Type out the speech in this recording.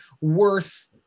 worth